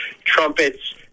trumpets